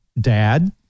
dad